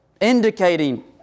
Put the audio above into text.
Indicating